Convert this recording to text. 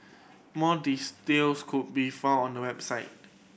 more could be found on the website